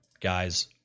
guys